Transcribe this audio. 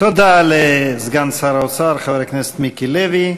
תודה לסגן שר האוצר חבר הכנסת מיקי לוי.